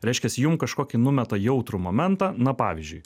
reiškias jum kažkokį numeta jautrų momentą na pavyzdžiui